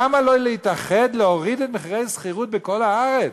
למה לא להתאחד כדי להוריד את מחירי השכירות בכל הארץ?